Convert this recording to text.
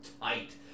tight